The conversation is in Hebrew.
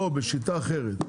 או בשיטה אחרת,